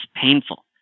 painful